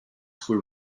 were